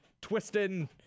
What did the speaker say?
twisting